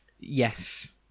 Yes